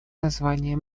название